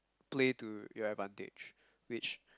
play to your advantage which